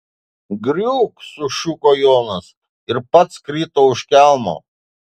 griūk sušuko jonas ir pats krito už kelmo